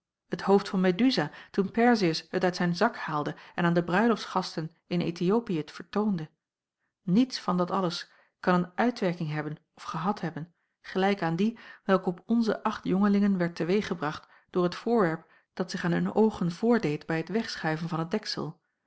het hoofd van meduza toen perzeus het uit zijn zak haalde en aan de bruiloftsgasten in ethiopiën vertoonde niets van dat alles kan een uitwerking hebben of gehad hebben gelijk aan die welke op onze acht jongelingen werd te weeg gebracht door het voorwerp dat zich aan hun oogen voordeed bij het wegschuiven van het deksel